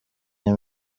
iyi